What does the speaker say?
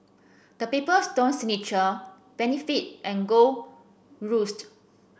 The Paper Stone Signature Benefit and Gold Roast